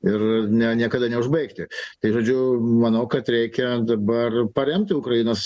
ir ne niekada neužbaigti tai žodžiu manau kad reikia dabar paremti ukrainos